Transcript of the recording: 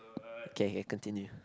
okay okay continue